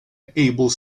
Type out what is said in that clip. able